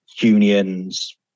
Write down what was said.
unions